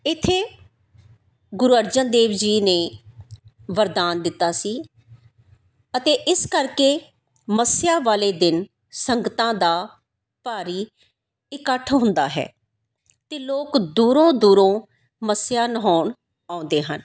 ਇੱਥੇ ਗੁਰੂ ਅਰਜਨ ਦੇਵ ਜੀ ਨੇ ਵਰਦਾਨ ਦਿੱਤਾ ਸੀ ਅਤੇ ਇਸ ਕਰਕੇ ਮੱਸਿਆ ਵਾਲੇ ਦਿਨ ਸੰਗਤਾਂ ਦਾ ਭਾਰੀ ਇਕੱਠ ਹੁੰਦਾ ਹੈ ਅਤੇ ਲੋਕ ਦੂਰੋਂ ਦੂਰੋਂ ਮੱਸਿਆ ਨਹਾਉਣ ਆਉਂਦੇ ਹਨ